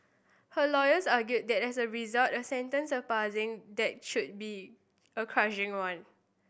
her lawyers argued that as a result a sentence surpassing that should be a crushing one